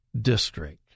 district